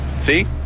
See